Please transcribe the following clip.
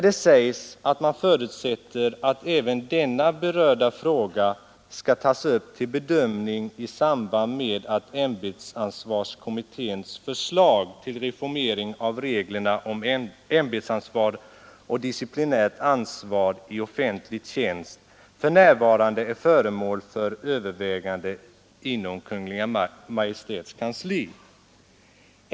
Dä förutsätter att även denna berörda fråga skall tas upp till bedömning i samband med att ämbetsansvarskommitténs förslag till reformering av reglerna om ämbetsansvar och disciplinärt ansvar i offentlig tjänst för närvarande är föremål för övervägande inom Kungl. Maj:ts kansli.